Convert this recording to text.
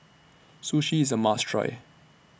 Sushi IS A must Try